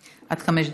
עד חמש דקות,